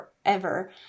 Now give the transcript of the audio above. forever